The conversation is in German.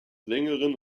sängerin